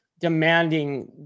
demanding